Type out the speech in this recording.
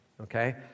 Okay